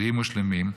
בריאים ושלמים.